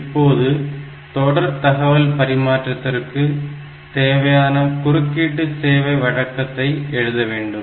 இப்போது தொடர் தகவல் பரிமாற்றத்திற்கு தேவையான குறுக்கீட்டு சேவை வழக்கத்தை எழுத வேண்டும்